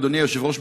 אדוני היושב-ראש,